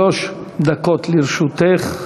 שלוש דקות לרשותך.